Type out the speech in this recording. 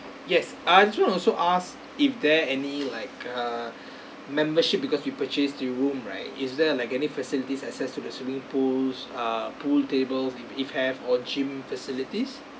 yes I also want to also ask if there any like uh membership because we purchased the room right is there like any facilities access to the swimming pools ah pool table if have or gym facilities